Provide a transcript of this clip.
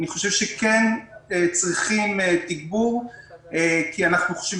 אני חושב שכן צריכים תגבור כי אנחנו חושבים